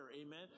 amen